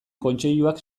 kontseiluak